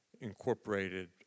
incorporated